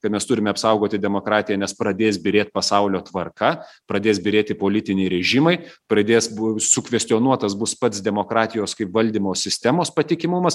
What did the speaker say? kad mes turime apsaugoti demokratiją nes pradės byrėt pasaulio tvarka pradės byrėti politiniai režimai pradės buv sukvestionuotas bus pats demokratijos kaip valdymo sistemos patikimumas